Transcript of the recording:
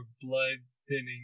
blood-thinning